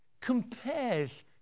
compares